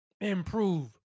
improve